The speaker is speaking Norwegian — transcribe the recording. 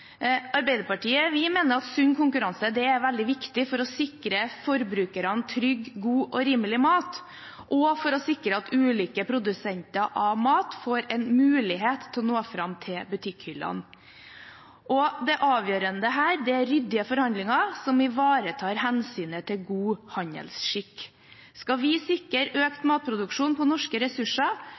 Vi i Arbeiderpartiet mener at sunn konkurranse er veldig viktig for å sikre forbrukerne trygg, god og rimelig mat og for å sikre at ulike produsenter av mat får en mulighet til å nå fram til butikkhyllene, og det avgjørende her er ryddige forhandlinger som ivaretar hensynet til god handelsskikk. Skal vi sikre økt matproduksjon på norske ressurser,